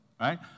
right